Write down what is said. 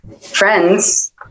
friends